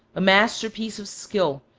a masterpiece of skill,